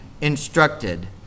instructed